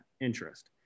interest